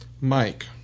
Mike